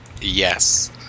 Yes